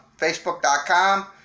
Facebook.com